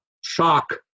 shock